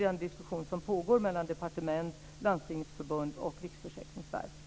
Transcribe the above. Denna diskussion pågår mellan departement, landstingsförbund och riksförsäkringsverk.